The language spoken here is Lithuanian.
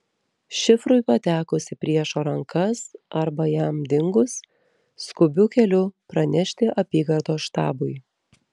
šifrui patekus į priešo rankas arba jam dingus skubiu keliu pranešti apygardos štabui